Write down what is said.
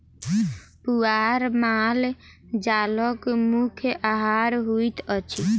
पुआर माल जालक मुख्य आहार होइत अछि